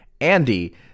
Andy